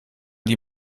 die